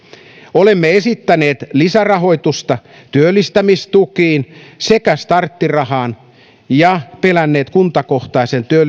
olemme esittäneet lisärahoitusta työllistämistukiin sekä starttirahaan ja pelänneet kuntakohtaisten